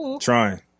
trying